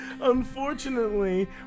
Unfortunately